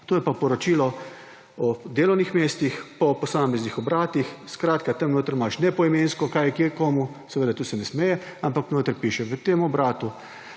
To je pa poročilo o delovnih mestih po posameznih obratih, skratka, tam notri imaš ne poimensko, kaj je kje komu, tega se seveda ne sme, ampak notri piše, v tem obratu